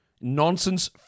Nonsense